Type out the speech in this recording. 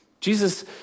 Jesus